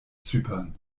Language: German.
zypern